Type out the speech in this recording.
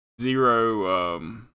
zero